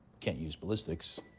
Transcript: can't use ballistics,